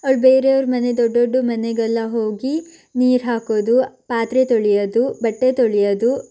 ಅವಳು ಬೇರೆಯವರ ಮನೆ ದೊಡ್ದೊಡ್ಡ ಮನೆಗೆಲ್ಲ ಹೋಗಿ ನೀರು ಹಾಕೋದು ಪಾತ್ರೆ ತೊಳ್ಯೋದು ಬಟ್ಟೆ ತೊಳ್ಯೋದು